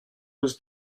was